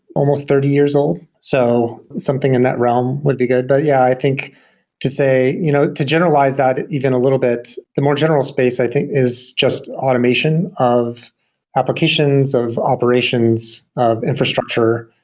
almost thirty years old, so something in that realm would be good. but yeah, i think to say you know to generalize that even a little bit, the more general space i think is just automation of applications, of operations, of infrastructure.